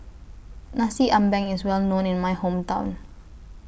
Nasi Ambeng IS Well known in My Hometown